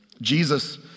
Jesus